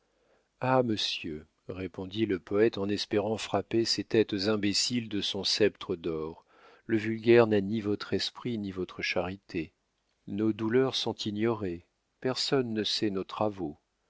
ah monseigneur répondit le poète en espérant frapper ces têtes imbéciles de son sceptre d'or le vulgaire n'a ni votre esprit ni votre charité nos douleurs sont ignorées personne ne sait nos travaux